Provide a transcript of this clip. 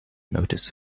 noticed